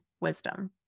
wisdom